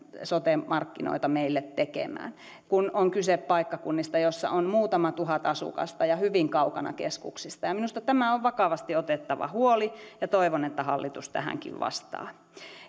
sote markkinoita meille tekemään kun on kyse paikkakunnista joilla on muutama tuhat asukasta ja hyvin kaukana keskuksista minusta tämä on vakavasti otettava huoli ja toivon että hallitus tähänkin vastaa